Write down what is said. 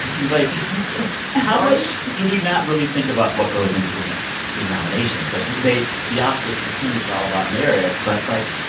how much do we not really think about what goes into getting these nominations? like, they the oscars pretend it's all about merit. but, like,